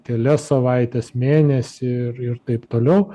kelias savaites mėnesį ir ir taip toliau